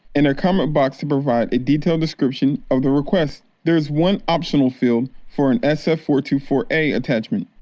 and a comment box to provide a detailed description of the request. there is one optional field for an s f four two four a attachment.